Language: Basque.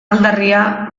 aldarria